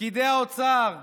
פקידי האוצר,